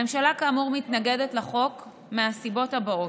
הממשלה, כאמור, מתנגדת לחוק מהסיבות הבאות: